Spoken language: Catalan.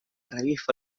revifa